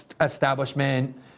establishment